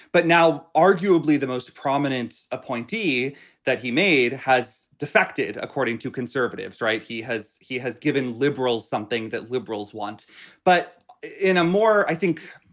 but now, arguably, the most prominent appointee that he made has defected, according to conservatives. right. he has he has given liberals something that liberals want but in a more, i think,